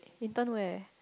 intern where